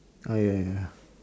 ah ya ya ya